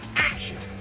action!